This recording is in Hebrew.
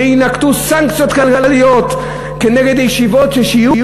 שיינקטו סנקציות כלכליות כנגד ישיבות ששיעור